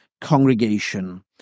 congregation